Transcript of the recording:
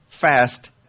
fast